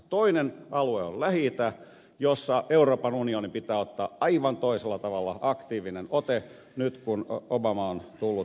toinen alue on lähi itä jossa euroopan unionin pitää ottaa aivan toisella tavalla aktiivinen ote nyt kun obama on tullut presidentiksi